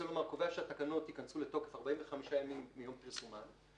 אם קובעים שהתקנות ייכנסו לתוקף 45 ימים מיום פרסומן,